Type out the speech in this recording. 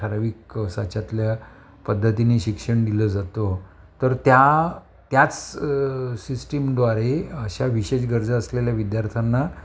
ठराविक साच्यातल्या पद्धतीने शिक्षण दिलं जातं तर त्या त्याच सिस्टीमद्वारे अशा विशेष गरजा असलेल्या विद्यार्थ्यांना